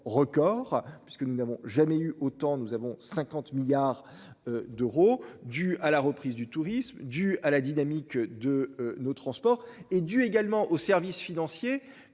record puisque nous n'avons jamais eu autant. Nous avons 50 milliards. D'euros, due à la reprise du tourisme du à la dynamique de nos transports est due également aux services financiers